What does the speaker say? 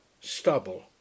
stubble